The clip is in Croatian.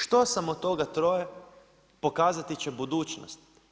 Što sam od toga troje, pokazati će budućnost.